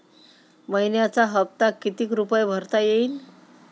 मइन्याचा हप्ता कितीक रुपये भरता येईल?